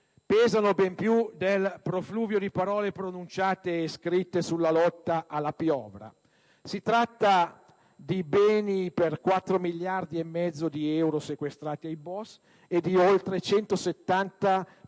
pesano ben più del profluvio di parole pronunciate e scritte sulla lotta alla piovra. Si tratta di beni per 4,5 miliardi di euro sequestrati ai boss e di oltre 170 pericolosi